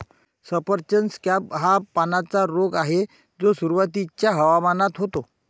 सफरचंद स्कॅब हा पानांचा रोग आहे जो सुरुवातीच्या हवामानात होतो